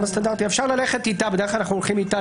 אפשר ללכת איתה, ובדרך כלל אנחנו הולכים איתה.